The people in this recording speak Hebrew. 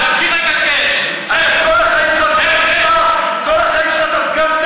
עכשיו זכותו של חבר הכנסת יוסף עטאונה לדבר.